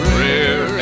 Prayer